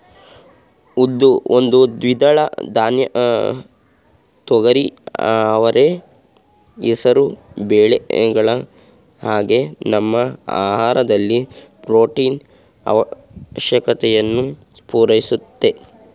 ಉದ್ದು ಒಂದು ದ್ವಿದಳ ಧಾನ್ಯ ತೊಗರಿ ಅವರೆ ಹೆಸರು ಬೇಳೆಗಳ ಹಾಗೆ ನಮ್ಮ ಆಹಾರದಲ್ಲಿ ಪ್ರೊಟೀನು ಆವಶ್ಯಕತೆಯನ್ನು ಪೂರೈಸುತ್ತೆ